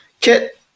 Kit